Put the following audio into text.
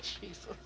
Jesus